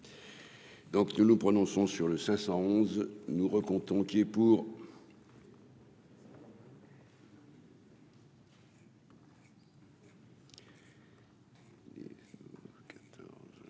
Donc, nous nous prononçons sur le 511 nous recomptant qui est pour.